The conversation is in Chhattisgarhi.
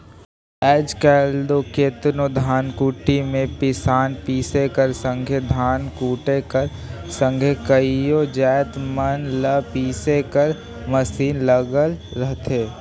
आएज काएल दो केतनो धनकुट्टी में पिसान पीसे कर संघे धान कूटे कर संघे कइयो जाएत मन ल पीसे कर मसीन लगल रहथे